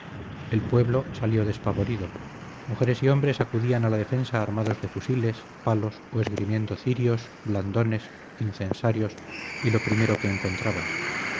el pueblo salió despavorido mujeres y hombres acudían a la defensa armados de fusiles palos o esgrimiendo cirios blandones incensarios y lo primero que encontraban